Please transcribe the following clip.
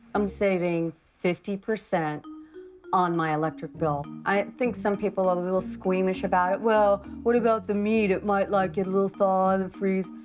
i'm saving fifty percent on my electric bill. i think some people are a little squeamish about it. well, what about the meat? it might, like, get a little thawed and freeze.